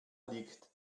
liegt